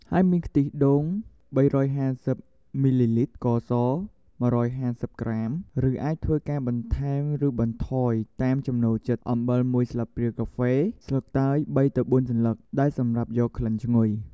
ហើយមានខ្ទិះដូង ៣៥០ មីលីលីត្រ, ស្ករស ១៥០ ក្រាម ឬ អាចធ្វើការបន្ថែមឬបន្ថយតាមចំណូលចិត្ត, អំបិល ១ ស្លាបព្រាកាហ្វេ, ស្លឹកតើយ ៣ ទៅ ៤ សន្លឹក ដែលសម្រាប់យកក្លិនឈ្ងុយ។